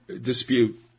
dispute